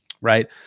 right